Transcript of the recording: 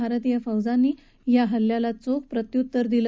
भारतीय सैन्याने या हल्ल्याला चोख प्रत्युत्तर दिलं